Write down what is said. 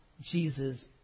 Jesus